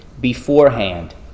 beforehand